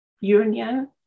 union